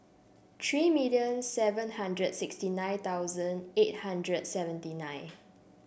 three million seven hundred sixty nine thousand eight hundred seventy nine